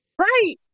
Right